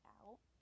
out